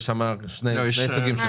יש שם שני סוגים של